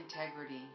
integrity